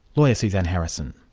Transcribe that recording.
lawyer suzanne harrison.